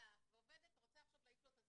האף והמטפלת רוצה להעיף ממנו את הזבוב,